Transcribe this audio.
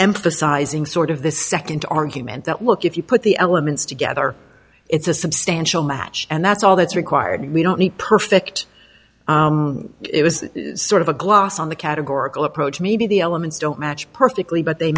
emphasizing sort of the nd argument that look if you put the elements together it's a substantial match and that's all that's required we don't need perfect it was sort of a gloss on the categorical approach maybe the elements don't match perfectly but they